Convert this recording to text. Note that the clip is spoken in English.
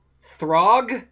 Throg